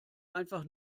einfach